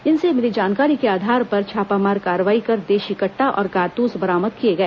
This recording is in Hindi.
इनसे मिली जानकारी के आधार पर छापामार कार्रवाई कर देशी कट्टा और कारतूस बरामद किए गए